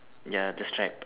ya the strap